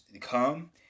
come